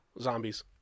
Zombies